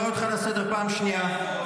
חבר הכנסת קריב, אני קורא אותך לסדר פעם שנייה.